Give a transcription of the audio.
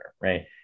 right